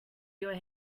your